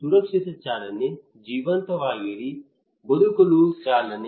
ಸುರಕ್ಷಿತ ಚಾಲನೆ ಜೀವಂತವಾಗಿರಿ ಬದುಕಲು ಚಾಲನೆ